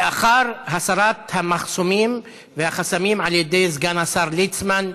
לאחר הסרת המחסומים והחסמים על ידי סגן השר ליצמן,